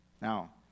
Now